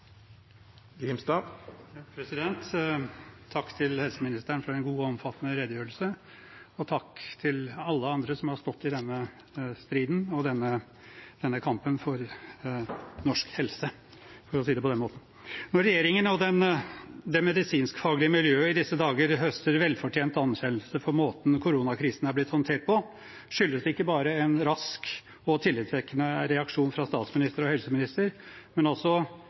Takk til helseministeren for en god og omfattende redegjørelse, og takk til alle andre som har stått i denne striden og denne kampen for norsk helse – for å si det på den måten. Når regjeringen og det medisinskfaglige miljøet i disse dager høster velfortjent anerkjennelse for måten koronakrisen er blitt håndtert på, skyldes det ikke bare en rask og tillitvekkende reaksjon fra statsminister og helseminister, men også